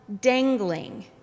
dangling